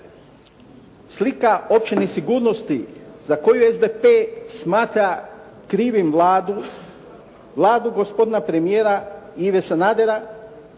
slika opće nesigurnosti za koju SDP smatra krivim Vladu, Vladu gospodina premijera Ive Sanadera,